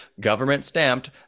government-stamped